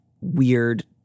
weird